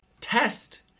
test